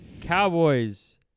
Cowboys